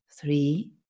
three